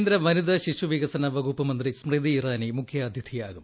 കേന്ദ്ര വനിതശിശുവികസന വകുപ്പ് മന്ത്രി സ്മൃതി ഇറാനി മുഖ്യാതിഥാകും